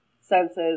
senses